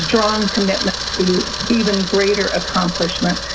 strong commitment to even greater accomplishment.